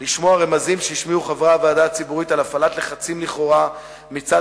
לשמוע רמזים שהשמיעו חברי הוועדה הציבורית על הפעלת לחצים לכאורה מצד